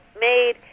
made